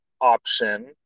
option